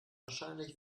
wahrscheinlich